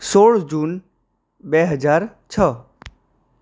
સોળ જૂન બે હજાર છ